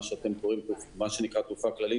מה שאתם קוראים תעופה כללית,